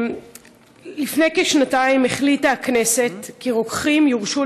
לפני כשנתיים החליטה הכנסת כי רוקחים יורשו